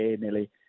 nearly